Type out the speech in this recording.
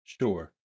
sure